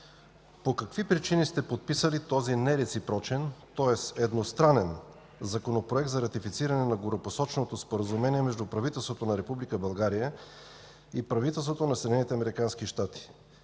по какви причини сте подписали този нереципрочен, тоест едностранен Законопроект за ратифициране на горепосоченото Споразумение между правителството на Република България и правителството на